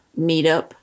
meetup